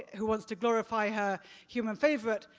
who wants to glorify her human favorite,